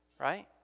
right